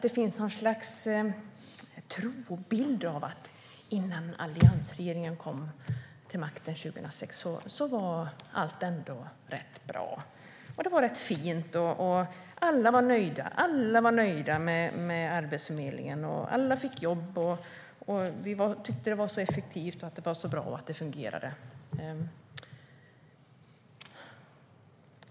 Det finns en tro på och bild av att innan alliansregeringen kom till makten 2006 var allt ändå bra. Det var rätt fint, och alla var nöjda med Arbetsförmedlingen. Alla fick jobb, och man tyckte att den var så effektiv och fungerande så bra.